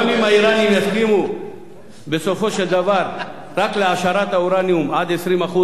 גם אם האירנים יסכימו בסופו של דבר רק להעשרת האורניום עד 20%,